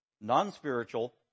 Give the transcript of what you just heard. non-spiritual